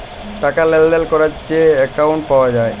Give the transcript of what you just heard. টাকা লেলদেল ক্যরার যে একাউল্ট পাউয়া যায়